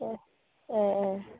अ अ